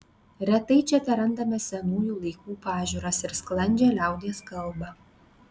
retai čia terandame senųjų laikų pažiūras ir sklandžią liaudies kalbą